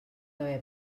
haver